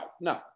no